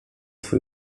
twój